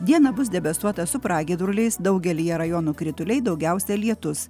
dieną bus debesuota su pragiedruliais daugelyje rajonų krituliai daugiausiai lietus